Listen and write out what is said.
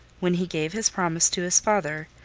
when he gave his promise to his father,